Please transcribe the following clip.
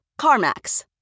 CarMax